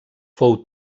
fou